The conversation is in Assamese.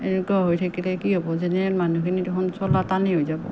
এনেকুৱা হৈ থাকিলে কি হ'ব জেনেৰেল মানুহখিনি দেখোন চলা টানে হৈ যাব